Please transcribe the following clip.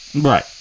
right